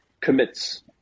commits